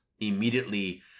immediately